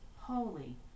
holy